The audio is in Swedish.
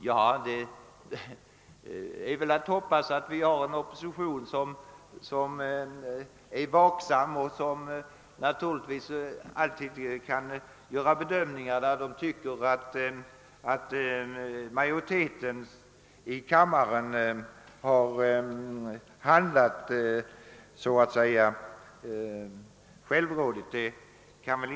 Det är väl att hoppas att vi alltid har en opposition som är vaksam, och det kan väl inte hjälpas om den ibland tycker att kammarens majoritet har handlat självrådigt.